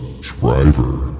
driver